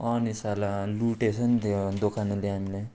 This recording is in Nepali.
अँ नि साला लुटेछ नि त्यो दोकानेले हामीलाई